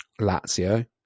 Lazio